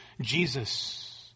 Jesus